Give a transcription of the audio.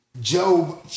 Job